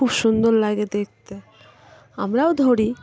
খুব সুন্দর লাগে দেখতে আমরাও ধরি